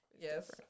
Yes